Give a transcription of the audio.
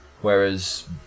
Whereas